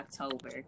October